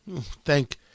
Thank